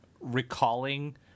recalling